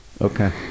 Okay